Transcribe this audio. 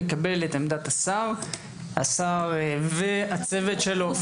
לקבל את עמדת השר והצוות שלו.